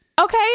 Okay